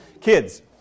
Kids